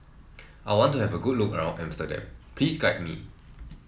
I want to have a good look around Amsterdam please guide me